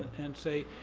and say,